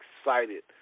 excited